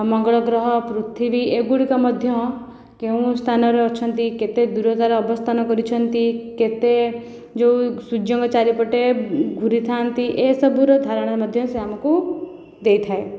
ମଙ୍ଗଳ ଗ୍ରହ ପୃଥିବୀ ଏଗୁଡ଼ିକ ମଧ୍ୟ କେଉଁ ସ୍ଥାନରେ ଅଛନ୍ତି କେତେ ଦୂରତାରେ ଅବସ୍ଥାନ କରିଛନ୍ତି କେତେ ଯେଉଁ ସୂର୍ଯ୍ୟଙ୍କ ଚାରିପଟେ ଘୁରିଥାନ୍ତି ଏସବୁର ଧାରଣା ମଧ୍ୟ ସେ ଆମକୁ ଦେଇଥାଏ